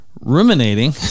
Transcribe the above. ruminating